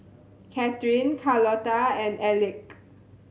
Kathryn Carlota and Elick